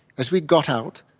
as we got out,